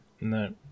No